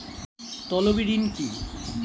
তলবি ঋণ কি?